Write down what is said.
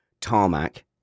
tarmac